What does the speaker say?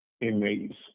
inmates